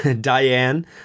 Diane